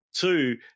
Two